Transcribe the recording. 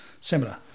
similar